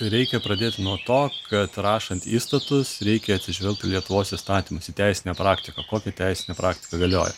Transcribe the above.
reikia pradėti nuo to kad rašant įstatus reikia atsižvelgt į lietuvos įstatymus į teisinę praktiką kokia teisinė praktika galioja